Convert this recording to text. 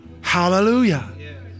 Hallelujah